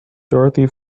dorothy